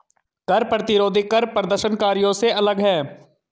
कर प्रतिरोधी कर प्रदर्शनकारियों से अलग हैं